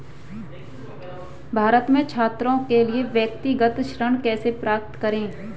भारत में छात्रों के लिए व्यक्तिगत ऋण कैसे प्राप्त करें?